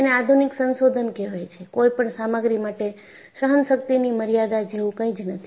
તેને આધુનિક સંશોધન કહેવાય છે કોઈપણ સામગ્રી માટે સહનશક્તિની મર્યાદા જેવું કંઈ જ નથી